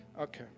okay